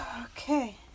Okay